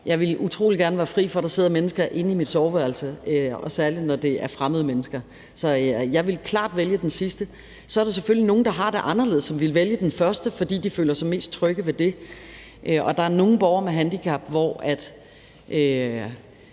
Jeg ville utrolig gerne være fri for, at der sidder mennesker inde i mit soveværelse, særlig når det er fremmede mennesker, så jeg vil klart vælge det sidste. Så er der selvfølgelig nogen, der har det anderledes, og som ville vælge det første, fordi de føler sig mest tryg ved det. Og der er nogle borgere med handicap, hvor